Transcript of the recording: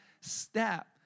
step